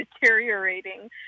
deteriorating